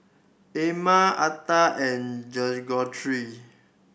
Ama Arta and Greggory